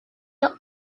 are